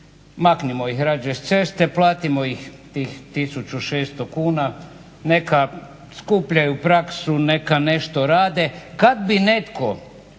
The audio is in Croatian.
maknimo ih radije s ceste platimo ih tih tisuću 600 kuna, neka skupljaju praksu, neka nešto rade. Kada bi netko